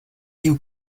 you